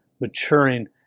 maturing